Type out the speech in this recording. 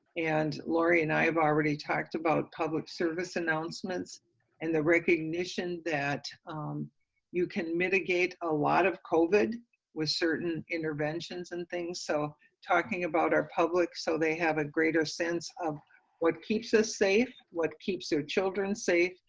and lori and i have already talked about public service announcements and the recognition that you can mitigate a lot of covid with certain interventions and things, so talking about our public so they have a greater sense of what keeps us safe, what keeps their children safe,